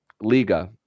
Liga